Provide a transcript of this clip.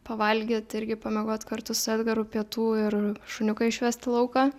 pavalgyt irgi pamiegot kartu su edgaru pietų ir šuniuką išvest į lauką